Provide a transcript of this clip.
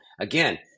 again